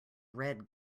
red